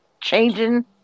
Changing